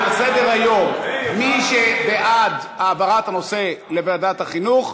על סדר-היום: מי שבעד העברת הנושא לוועדת החינוך,